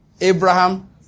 Abraham